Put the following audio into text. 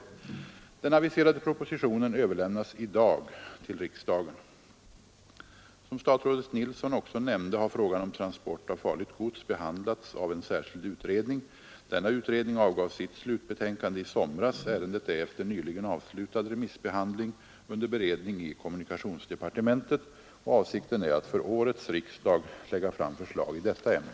Den aviserade propositionen överlämnas i dag till riksdagen. Som statsrådet Nilsson också nämnde har frågan om transport av farligt gods behandlats av en särskild utredning. Denna utredning avgav sitt slutbetänkande i somras. Ärendet är efter nyligen avslutad remissbehandling under beredning i kommunikationsdepartementet. Avsikten är att för årets riksdag lägga fram förslag i detta ämne.